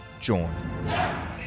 join